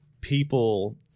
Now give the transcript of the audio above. people